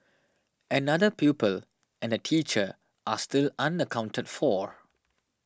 another pupil and a teacher are still unaccounted for